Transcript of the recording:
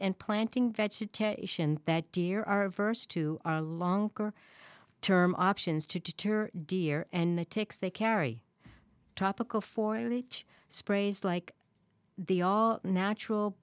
and planting vegetation that deer are first to a longer term options to deter deer and the ticks they carry tropical for each sprays like the all natural